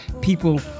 people